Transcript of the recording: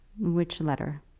which letter?